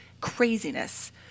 craziness